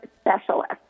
specialist